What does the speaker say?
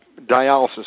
dialysis